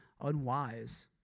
unwise